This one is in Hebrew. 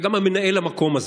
אתה גם מנהל המקום הזה.